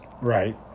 Right